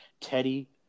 Teddy